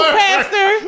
pastor